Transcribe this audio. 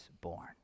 born